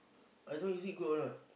I don't know is it good or not